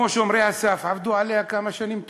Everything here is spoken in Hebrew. כמו "שומרי הסף" עבדו עליה כמה שנים טובות.